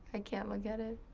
i can't look at it.